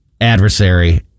adversary